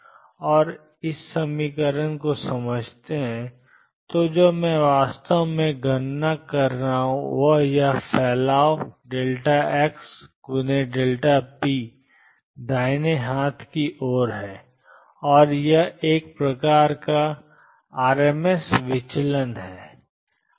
और ⟨p ⟨p⟩⟩0 तो जो मैं वास्तव में गणना कर रहा हूं वह यह फैलाव है या x p दाहिने हाथ की ओर यह एक प्रकार का आरएमएस विचलन है